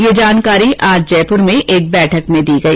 यह जानकारी आज जयपुर में एक बैठक में दी गई